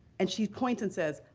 and she points and says,